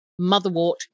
Motherwort